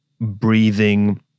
breathing